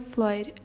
Floyd